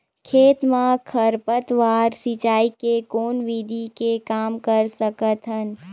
खेत म खरपतवार सिंचाई के कोन विधि से कम कर सकथन?